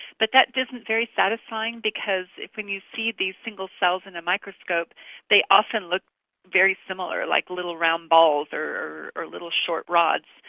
but that isn't very satisfying because when you see these single cells in a microscope they often look very similar, like little round balls or or little short rods,